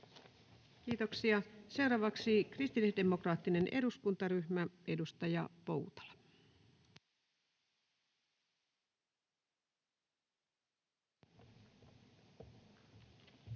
Kiitoksia. — Seuraavaksi kristillisdemokraattinen eduskuntaryhmä, edustaja Poutala. Arvoisa